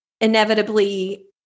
inevitably